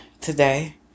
today